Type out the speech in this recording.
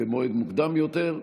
במועד מוקדם יותר,